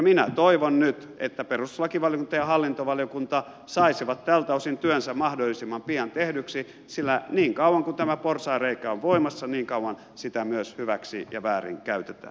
minä toivon nyt että perustuslakivaliokunta ja hallintovaliokunta saisivat tältä osin työnsä mahdollisimman pian tehdyksi sillä niin kauan kuin tämä porsaanreikä on voimassa niin kauan sitä myös hyväksi ja väärinkäytetään